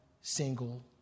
single